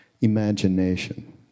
imagination